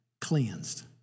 cleansed